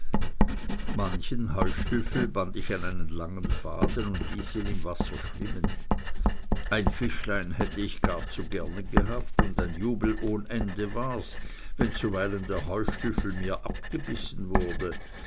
manchen heustüffel band ich an einen langen faden und ließ ihn im wasser schwimmen ein fischlein hätte ich gar zu gerne gehabt und ein jubel ohne ende war's wenn zuweilen der heustüffel mir abgebissen wurde